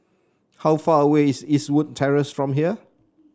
how far away is Eastwood Terrace from here